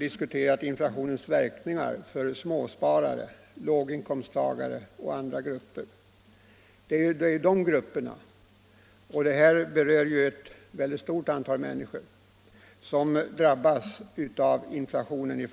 diskuterat inflationens verkningar för småsparare, låginkomsttagare och liknande grupper. Det är ju dessa grupper, omfattande ett mycket stort antal människor, som i första hand drabbas av inflationen.